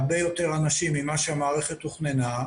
ולאנשים רבים יותר ממה שהמערכת תוכננה להעניק.